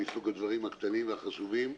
מסוג הדברים הקטנים והחשובים,